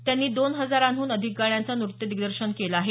त्यांनी दोन हजाराहून अधिक गाण्यांचं नृत्य दिग्दर्शन केलं आहे